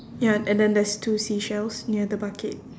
ya and then there's two seashells near the bucket